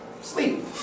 sleep